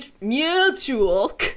mutual